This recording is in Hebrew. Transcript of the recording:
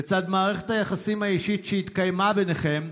לצד מערכת היחסים האישית שהתקיימה ביניכם,